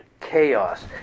chaos